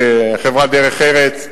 חברת "דרך ארץ",